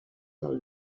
del